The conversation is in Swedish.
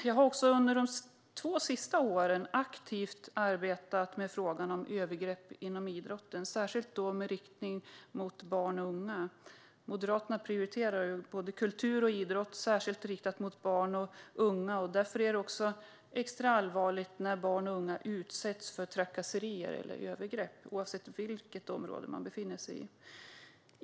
Jag har under de två senaste åren aktivt arbetat med frågan om övergrepp inom idrotten, särskilt med inriktning mot barn och unga. Moderaterna prioriterar både kultur och idrott, särskilt med inriktning mot barn och unga. Därför är det också extra allvarligt när barn och unga utsätts för trakasserier eller övergrepp, oavsett vilket område de befinner sig i.